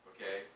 Okay